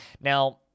Now